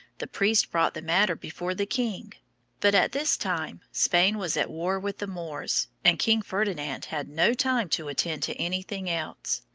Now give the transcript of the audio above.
the priest brought the matter before the king but at this time spain was at war with the moors, and king ferdinand had no time to attend to anything else.